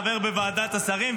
חבר בוועדת השרים,